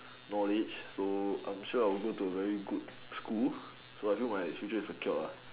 knowledge so I'm sure I'll go to a very good school so I feel like my future is secured lah